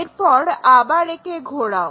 এরপর আবার একে ঘোরাও